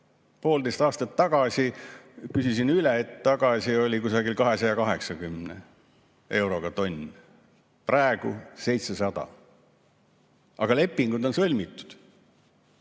Poolteist aastat tagasi, küsisin üle, oli kusagil 280 eurot tonn, praegu on 700. Aga lepingud on sõlmitud.